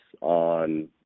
on